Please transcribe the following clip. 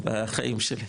בחיים שלי,